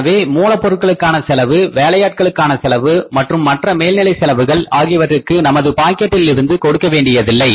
எனவே மூல பொருட்களுக்கான செலவு வேலையாட்களுக்கான செலவுமற்றும் மற்ற மேல்நிலை செலவுகள் ஆகியவற்றிற்கு நமது பாக்கெட்டில் இருந்து கொடுக்க வேண்டியதில்லை